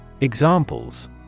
Examples